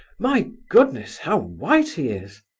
my goodness, how white he is!